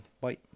Bye